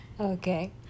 Okay